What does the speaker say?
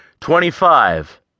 Twenty-five